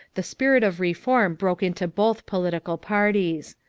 the spirit of reform broke into both political parties.